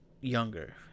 younger